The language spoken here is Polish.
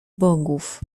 bogów